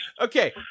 Okay